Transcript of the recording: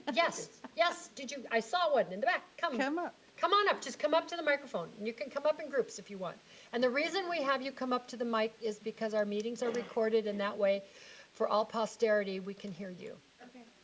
yes, yes? did you, i saw one and the back. come. come up. come on up. just come up to the microphone and you can come up in groups if you want and the reason we have you come up to the mic is because our meetings are recorded and that way for all posterity we can hear you. okay.